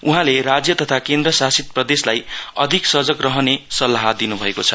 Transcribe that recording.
उहाँले राज्य तथा केन्द्र शासित प्रदेशलाई अधिक सजग रहने सल्लाह दिनु भएको छ